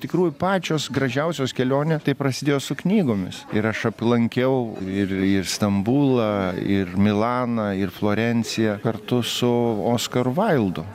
tikrųjų pačios gražiausios kelionės prasidėjo su knygomis ir aš aplankiau ir ir stambulą ir milaną ir florenciją kartu su oskaru vaildu